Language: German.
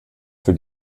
für